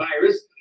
virus